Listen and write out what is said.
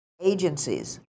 agencies